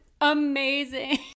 amazing